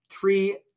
three